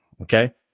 okay